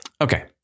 Okay